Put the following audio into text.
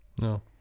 No